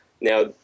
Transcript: Now